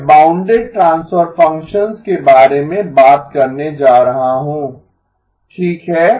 मैं bounded transfer functions के बारे में बात करने जा रहा हूं ठीक है